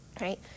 right